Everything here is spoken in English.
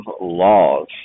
laws